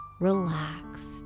relaxed